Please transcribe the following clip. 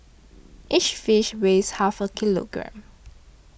each fish weighs half a kilogram